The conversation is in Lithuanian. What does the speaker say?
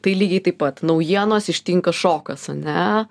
tai lygiai taip pat naujienos ištinka šokas ane